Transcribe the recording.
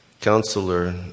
counselor